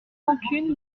rancune